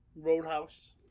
Roadhouse